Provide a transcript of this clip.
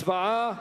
הצבעה,